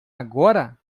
agora